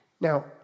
Now